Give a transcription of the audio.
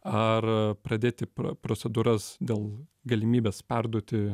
ar pradėti procedūras dėl galimybės perduoti